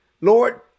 Lord